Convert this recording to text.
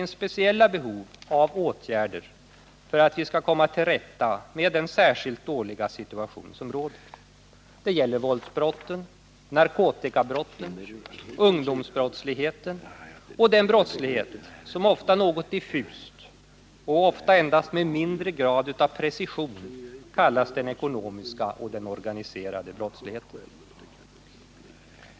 Speciella behov av åtgärder för att vi skall komma till rätta med den situation som råder föreligger inom några särskilda områden av kriminalpolitiken. Det gäller våldsbrotten, narkotikabrotten, ungdomsbrottsligheten och den brottslighet som ofta något diffust och ofta med mindre grad av precision kallas för den ekonomiska och organiserade brottsligheten.